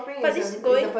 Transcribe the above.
but this is going